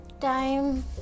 time